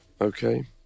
Okay